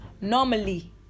normally